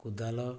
କୋଦାଳ